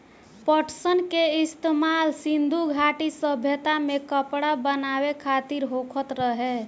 पटसन के इस्तेमाल सिंधु घाटी सभ्यता में कपड़ा बनावे खातिर होखत रहे